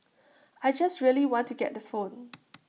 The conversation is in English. I just really want to get the phone